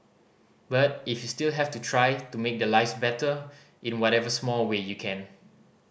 but if you still have to try to make their lives better in whatever small way you can